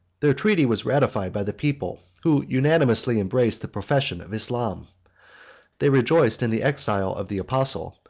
their treaty was ratified by the people, who unanimously embraced the profession of islam they rejoiced in the exile of the apostle,